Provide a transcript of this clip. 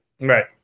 right